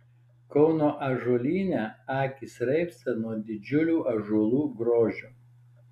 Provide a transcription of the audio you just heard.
kauno ąžuolyne akys raibsta nuo didžiulių ąžuolų grožio